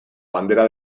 bandera